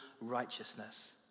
righteousness